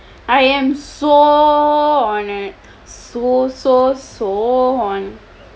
I am so honoured so so so honoured